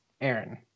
Aaron